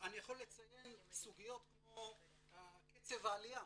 אני יכול לציין סוגיות כמו קצב העלייה.